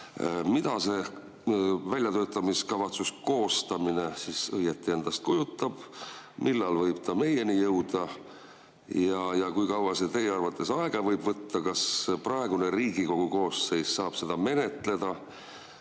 Mida see väljatöötamiskavatsuse koostamine õieti endast kujutab ja millal võib see meieni jõuda? Kui kaua see teie arvates aega võib võtta? Kas praegune Riigikogu koosseis saab seda menetleda